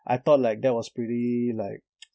I thought like that was pretty like